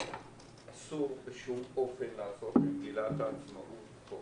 אסור בשום אופן לעשות ממגילת העצמאות חוק.